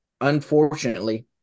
unfortunately